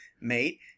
mate